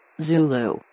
Zulu